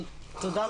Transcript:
תודה,